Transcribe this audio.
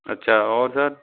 अच्छा और सर